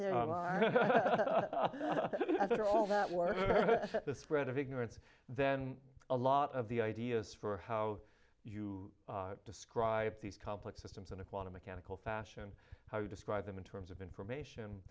all that work the spread of ignorance then a lot of the ideas for how you describe these complex systems in a quantum mechanical fashion how you describe them in terms of information